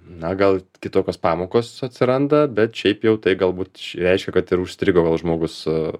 na gal kitokios pamokos atsiranda bet šiaip jau tai galbūt reiškia kad ir užstrigo gal žmogus su